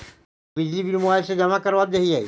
हम बिजली bill mobile से जमा करवा देहियै?